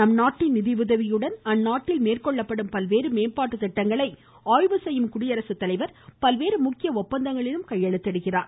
நம்நாட்டின் நிதியுதவியுடன் அந்நாட்டில் மேற்கொள்ளப்படும் பல்வேறு மேம்பாட்டு திட்டங்களை ஆய்வு செய்யும் குடியரசுத்தலைவர் பல்வேறு முக்கிய ஒப்பந்தங்களிலும் கையெழுத்திடுகிறார்